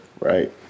Right